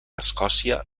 escòcia